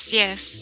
yes